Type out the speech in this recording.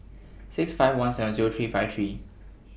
six five one seven Zero three five three